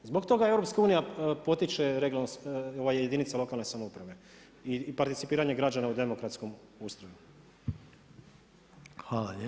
Zbog toga EU, potiče jedinice lokalne samouprave i participiranje građana u demokratskom ustroju.